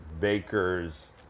baker's